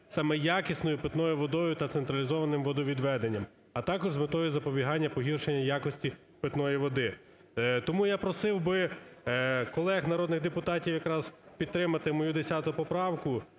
саме якісною питною водою та централізованим водовідведенням, а також з метою запобігання погіршення якості питної води. Тому я просив би колег народних депутатів якраз підтримати мою 10 поправку,